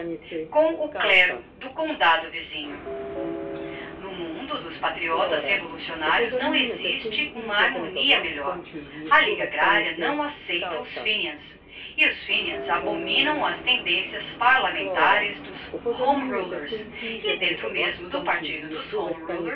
o clero do condado visinho no mundo dos patriotas revolucionarios não existe uma harmonia melhor a liga agraria não aceita os fenians e os fenians abominam as tendencias parlamentares dos home rulers e dentro mesmo do partido dos